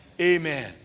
Amen